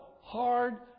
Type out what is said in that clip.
hard